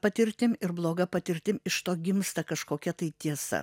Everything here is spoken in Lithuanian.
patirtim ir bloga patirtim iš to gimsta kažkokia tai tiesa